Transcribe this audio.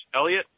Elliot